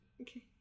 okay